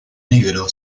negro